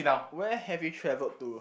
where have you traveled to